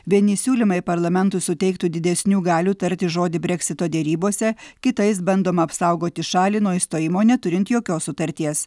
vieni siūlymai parlamentui suteiktų didesnių galių tarti žodį breksito derybose kitais bandoma apsaugoti šalį nuo išstojimo neturint jokios sutarties